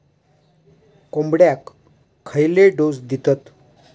कोंबड्यांक खयले डोस दितत?